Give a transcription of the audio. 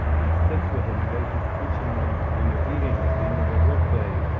he sits with them, he does his teaching when when they're eating at the end of their workday.